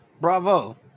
bravo